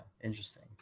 interesting